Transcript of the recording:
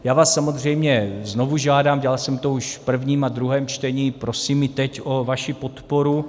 Já vás samozřejmě znovu žádám, dělal jsem to už v prvním a druhém čtení, prosím i teď o vaši podporu.